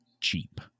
cheap